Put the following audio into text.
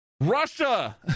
Russia